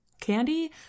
Candy